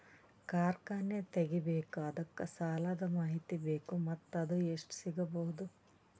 ಕಾರ್ಖಾನೆ ತಗಿಬೇಕು ಅದಕ್ಕ ಸಾಲಾದ ಮಾಹಿತಿ ಬೇಕು ಮತ್ತ ಅದು ಎಷ್ಟು ಸಿಗಬಹುದು?